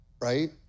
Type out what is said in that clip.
right